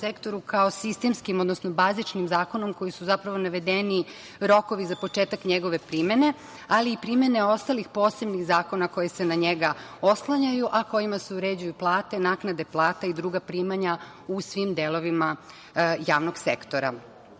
sektoru kao sistemskim, odnosno bazičnim zakonom, kojim su zapravo navedeni rokovi za početak njegove primene, ali i primene ostalih posebnih zakona koji se na njega oslanjaju, a kojima se uređuju plate, naknade plata i druga primanja u svim delovima javnog sektora. Zakon